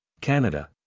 Canada